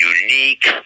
unique